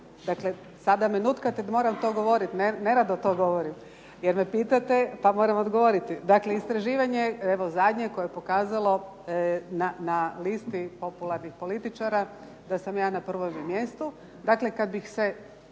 Dakle, sada me nutkate da moram to govoriti, nerado to govorim jer me pitate pa moram odgovoriti. Dakle, istraživanje evo zadnje koje je pokazalo na listi popularnih političara da sam ja na prvome mjestu.